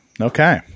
okay